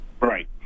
Right